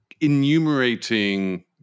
enumerating